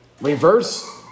Reverse